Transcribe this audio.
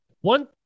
one